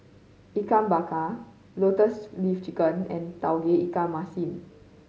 Ikan Bakar Lotus Leaf Chicken and Tauge Ikan Masin